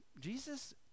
Jesus